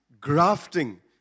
grafting